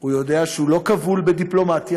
הוא יודע שהוא לא כבול בדיפלומטיה.